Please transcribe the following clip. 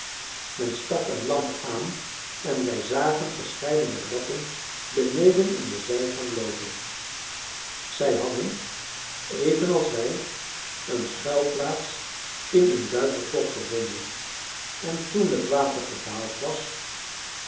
men stak een lamp aan en wij zagen verscheidene ratten beneden in de zijgang loopen zij hadden evenals wij een schuilplaats in een duikerklok gevonden en toen het water gedaald was